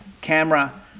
camera